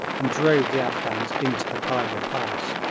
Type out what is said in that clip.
and drove the afghans into the khyber pass.